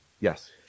Yes